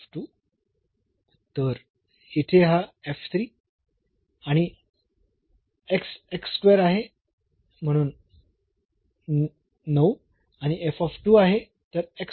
तर येथे हा आणि आहे म्हणून 9 आणि आहे